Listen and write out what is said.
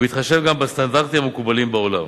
ובהתחשב גם בסטנדרטים המקובלים בעולם,